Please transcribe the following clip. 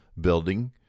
building